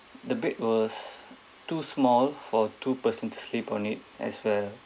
the bed was too small for two person to sleep on it as well